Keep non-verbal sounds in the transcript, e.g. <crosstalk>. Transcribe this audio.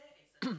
<coughs>